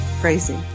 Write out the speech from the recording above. crazy